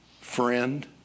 friend